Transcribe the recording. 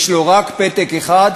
יש לו רק פתק אחד,